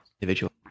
individual